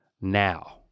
now